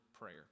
prayer